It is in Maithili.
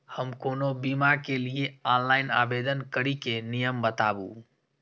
हम कोनो बीमा के लिए ऑनलाइन आवेदन करीके नियम बाताबू?